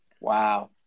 Wow